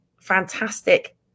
fantastic